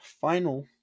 final